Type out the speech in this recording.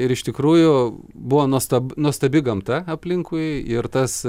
ir iš tikrųjų buvo nuostab nuostabi gamta aplinkui ir tas